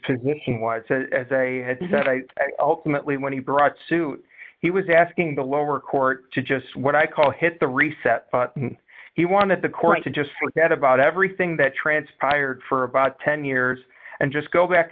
position was as a had ultimately when he brought suit he was asking the lower court to just what i call hit the reset button he wanted the court to just forget about everything that transpired for about ten years and just go back